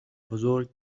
بزرگ